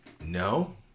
no